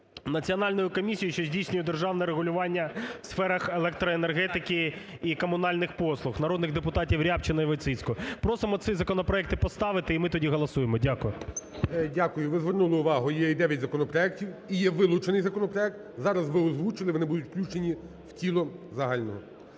Національною комісією, що здійснює державне регулювання у сферах електроенергетики і комунальних послуг (народних депутатів Рябчина і Войціцької). Просимо ці законопроекти поставити, і ми тоді голосуємо. Дякую. ГОЛОВУЮЧИЙ. Дякую. Ви звернули увагу, є і дев'ять законопроектів, і є вилучений законопроект. Зараз ви озвучили і вони будуть включені в тіло загальне.